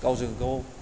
गावजोंगाव